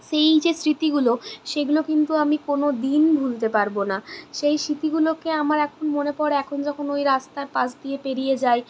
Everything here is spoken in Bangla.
সেই যে স্মৃতিগুলো সেগুলো কিন্তু আমি কোনদিন ভুলতে পারব না সেই স্মৃতিগুলোকে আমরা এখন মনে পড়ে এখন যখন ওই রাস্তার পাশ দিয়ে পেরিয়ে যাই